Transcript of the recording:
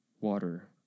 Water